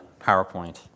PowerPoint